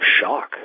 shock